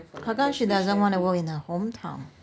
how come she doesn't want to work in her hometown